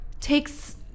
takes